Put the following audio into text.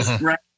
right